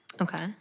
Okay